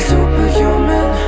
Superhuman